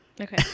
Okay